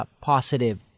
positive